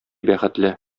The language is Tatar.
бәхетле